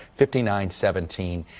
fifty nine seventeen.